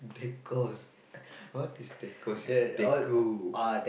what is is